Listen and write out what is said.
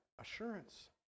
Assurance